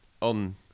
on